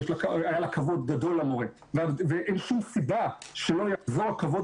שהיה לה כבוד גדול למורה ואין שום סיבה שלא יחזור הכבוד